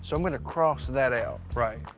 so i'm gonna cross that out. right.